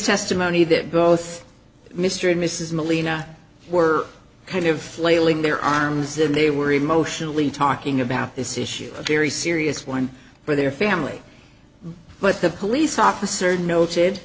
testimony that both mr and mrs molina were kind of flailing their arms in they were emotionally talking about this issue a very serious one for their family but the police officer noted